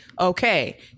Okay